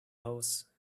house